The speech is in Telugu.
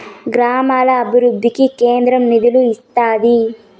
గ్రామాల అభివృద్ధికి కేంద్రం నిధులు ఇత్తాది